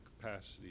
capacity